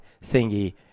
thingy